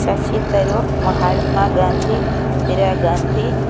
Sasi Tharoor Mahatma Gandhi Indira Gandhi